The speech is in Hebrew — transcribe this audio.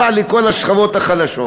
רע לכל השכבות החלשות.